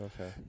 Okay